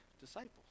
disciples